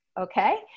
Okay